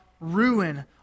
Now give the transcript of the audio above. ruin